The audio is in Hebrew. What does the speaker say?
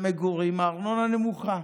במגורים הארנונה נמוכה.